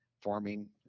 forming